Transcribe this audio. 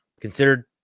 considered